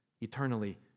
eternally